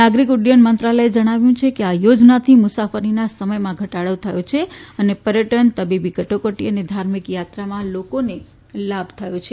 નાગરીક ઉડ્ડયન મંત્રાલયે ણાવ્યું કે આ યો નાથી મુસાફરીના સમયમાં ઘટાડો થયો છે અને પર્યટન તબીબી કટોકટી અને ધાર્મિક યાત્રાઓમાં લોકોને લાભ થયો છે